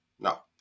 No